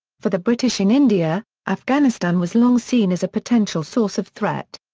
for the british in india, afghanistan was long seen as a potential source of threat.